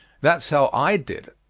that's how i did,